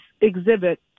exhibit